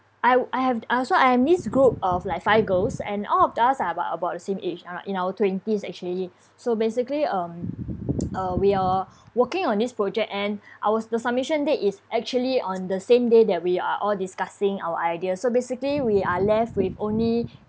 I I have so I have this group of like five girls and all of us are about about the same age in our twenties actually so basically um uh we are working on this project and our the submission date is actually on the same day that we are all discussing our ideas so basically we are left with only